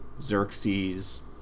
Xerxes